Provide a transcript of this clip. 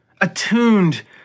Attuned